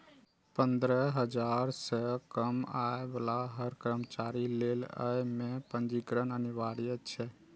पंद्रह हजार सं कम आय बला हर कर्मचारी लेल अय मे पंजीकरण अनिवार्य छै